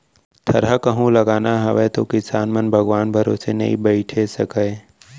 थरहा कहूं लगाना हावय तौ किसान मन भगवान भरोसा नइ बइठे सकयँ